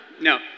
No